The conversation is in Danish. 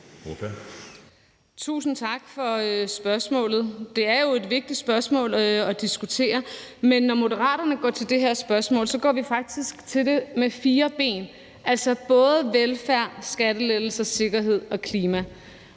Tusind tak for spørgsmålet. Det er jo et vigtigt spørgsmål at diskutere, men når Moderaterne går til det her spørgsmål, går vi faktisk til det med fire ben, altså både velfærd, skattelettelser, sikkerhed og klima,